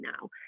now